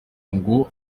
ngo